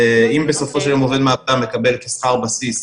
אם עובד מעבדה מקבל כשכר הבסיס,